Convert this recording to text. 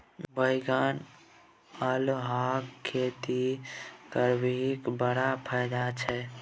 बैंगनी अल्हुआक खेती करबिही बड़ फायदा छै